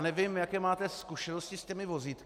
Nevím, jaké máte zkušenosti s těmi vozítky.